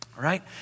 Right